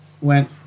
went